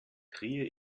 trier